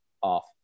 off